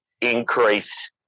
increase